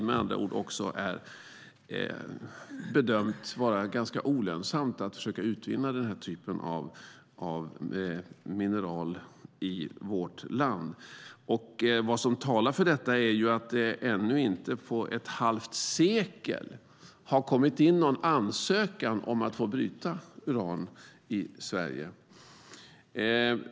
Med andra ord bedöms det vara olönsamt att försöka utvinna den typen av mineral i vårt land. Vad som talar för detta är att det ännu inte på ett halvt sekel har kommit in någon ansökan om att få bryta uran i Sverige.